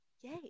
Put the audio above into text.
Yay